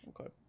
okay